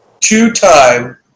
two-time